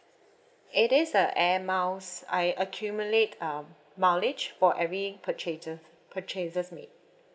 it is a air miles I accumulate um mileage for every purchases purchases made